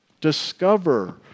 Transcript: Discover